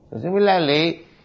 Similarly